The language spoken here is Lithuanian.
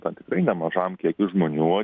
ten tikrai nemažam kiekiui žmonių